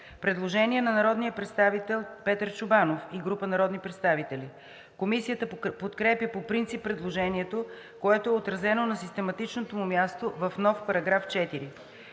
Предложение на народния представител Петър Чобанов и група народни представители. Комисията подкрепя по принцип предложението, което е отразено на систематичното му място в нов § 4.